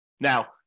Now